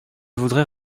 voudrais